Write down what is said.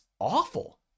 awful